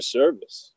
service